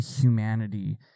humanity